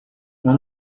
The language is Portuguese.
uma